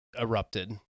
erupted